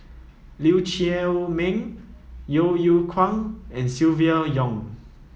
Lee Chiaw Meng Yeo Yeow Kwang and Silvia Yong